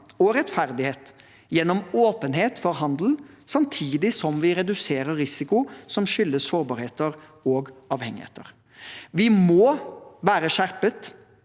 og rettferdighet gjennom åpenhet for handel samtidig som vi reduserer risiko som skyldes sårbarheter og avhengigheter. Vi må være skjerpet.